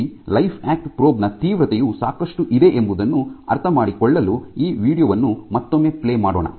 ಇಲ್ಲಿ ಲೈಫ್ಯಾಕ್ಟ್ ಪ್ರೋಬ್ ನ ತೀವ್ರತೆಯು ಸಾಕಷ್ಟು ಇದೆ ಎಂಬುದನ್ನು ಅರ್ಥಮಾಡಿಕೊಳ್ಳಲು ಈ ವೀಡಿಯೊ ವನ್ನು ಮತ್ತೊಮ್ಮೆ ಪ್ಲೇ ಮಾಡೋಣ